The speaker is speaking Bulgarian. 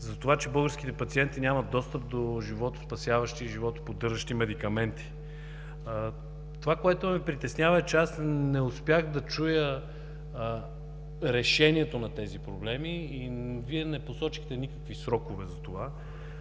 за това, че българските пациенти нямат достъп до животоспасяващи и животоподдържащи медикаменти. Това, което ме притеснява, е, че аз не успях да чуя решението на тези проблеми, а Вие не посочихте никакви срокове за това.